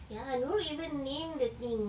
ya nurul even name the thing